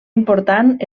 important